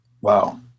wow